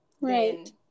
Right